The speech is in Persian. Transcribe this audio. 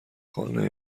خانه